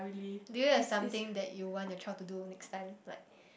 do you have something that you want your child to do next time like